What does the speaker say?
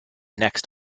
next